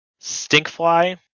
Stinkfly